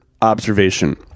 observation